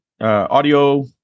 audio